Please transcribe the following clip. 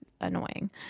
annoying